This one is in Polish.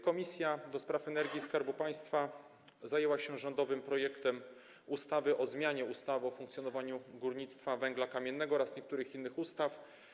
Komisja do Spraw Energii i Skarbu Państwa zajęła się rządowym projektem ustawy o zmianie ustawy o funkcjonowaniu górnictwa węgla kamiennego oraz niektórych innych ustaw.